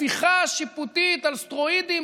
הפיכה שיפוטית על סטרואידים,